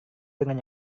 dengan